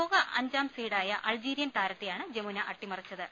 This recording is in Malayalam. ലോക അഞ്ചാം സീഡായ അൾജീരിയൻ താരത്തെയാണ് ജമുന അട്ടിമറിച്ചത്